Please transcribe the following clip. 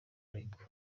ariko